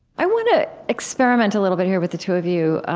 i want to experiment a little bit here with the two of you.